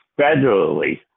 federally